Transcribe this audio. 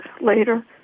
later